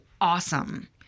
awesome